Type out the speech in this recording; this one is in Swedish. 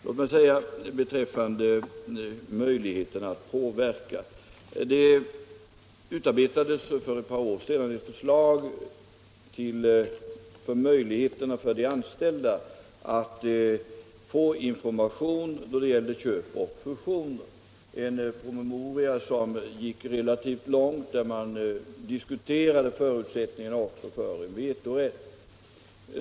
Låt mig beträffande möjligheterna att påverka säga att det för ett par år sedan utarbetades ett förslag till möjligheter för de anställda att få information då det gäller köp och fusioner. Där fanns en promemoria som gick relativt långt och där man även diskuterade förutsättningarna — Nr 35 för vetorätt.